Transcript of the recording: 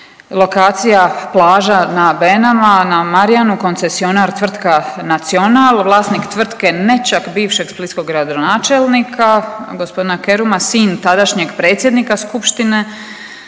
lokacija plaža na Benama na Marjanu koncesionar Tvrtka Nacional, vlasnik tvrtke nećak bivšeg splitskog gradonačelnika g. Keruma, sin tadašnje predsjednika Skupštine